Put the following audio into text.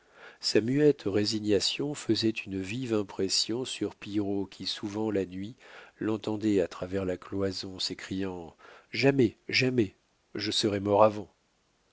sa muette résignation faisait une vive impression sur pillerault qui souvent la nuit l'entendait à travers la cloison s'écriant jamais jamais je serai mort